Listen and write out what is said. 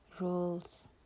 rules